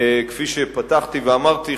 כפי שפתחתי ואמרתי,